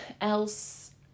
else